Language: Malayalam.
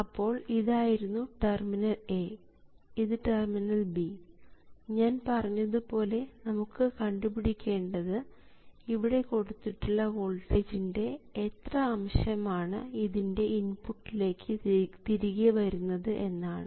അപ്പോൾ ഇതായിരുന്നു ടെർമിനൽ A ഇത് ടെർമിനൽ B ഞാൻ പറഞ്ഞതുപോലെ നമുക്ക് കണ്ടുപിടിക്കേണ്ടത് ഇവിടെ കൊടുത്തിട്ടുള്ളത് വോൾട്ടേജിൻറെ എത്ര അംശം ആണ് ഇതിൻറെ ഇൻപുട്ടിലേക്ക് തിരികെ വരുന്നത് എന്നാണ്